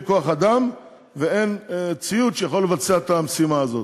כוח-אדם ואין ציוד שיכול לבצע את המשימה הזאת.